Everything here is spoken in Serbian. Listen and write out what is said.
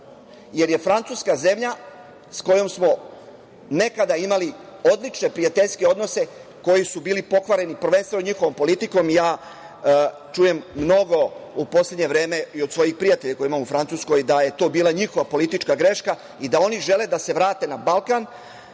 jer je Francuska zemlja sa kojom smo nekada imali odlične, prijateljske odnose koji su bili pokvareni, prvenstveno njihovom politikom. Čujem mnogo u poslednje vreme i od svojih prijatelja koje imam u Francuskoj da je to bila njihova politička greška i da oni žele da se vrate na Balkan